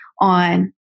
on